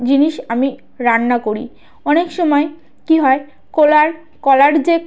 জিনিস আমি রান্না করি অনেক সময় কী হয় কলার কলার যে